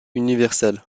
universelle